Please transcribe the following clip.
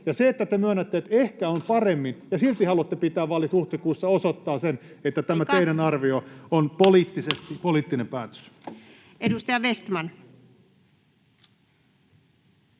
Se, että te myönnätte, että ehkä on paremmin, ja silti haluatte pitää vaalit huhtikuussa, osoittaa sen, että [Puhemies: Aika!] tämä teidän arvionne on poliittinen päätös. Edustaja Vestman.